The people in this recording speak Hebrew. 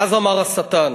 "אז אמר השטן,